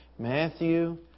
Matthew